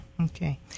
Okay